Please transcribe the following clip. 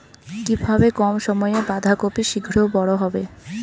কিভাবে কম সময়ে বাঁধাকপি শিঘ্র বড় হবে?